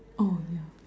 oh yeah